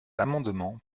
amendement